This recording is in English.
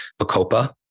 Bacopa